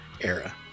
era